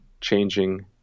changing